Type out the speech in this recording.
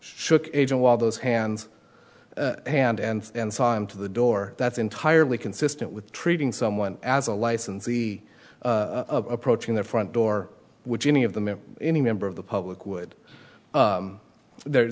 shook agent while those hands hand and then saw him to the door that's entirely consistent with treating someone as a licensee approaching their front door which any of them in any member of the public would there